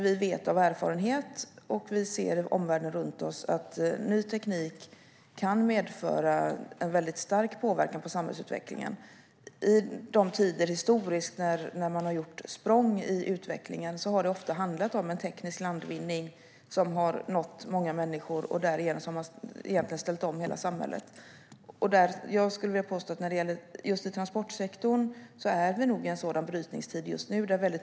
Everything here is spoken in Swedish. Vi vet av erfarenhet och ser i omvärlden att ny teknik kan medföra stark påverkan på samhällsutvecklingen. I de tider i historien då man har gjort språng i utvecklingen har det ofta handlat om en teknisk landvinning som har nått många människor, och därigenom har man ställt om hela samhället. Just i transportsektorn skulle jag vilja påstå att vi är i en sådan brytningstid just nu.